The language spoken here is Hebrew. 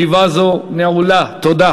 גם על הצעת חוק זו הכנסת אישרה להחיל את דין